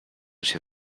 się